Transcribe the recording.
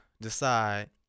decide